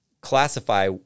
classify